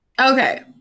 Okay